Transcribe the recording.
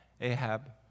Ahab